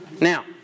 Now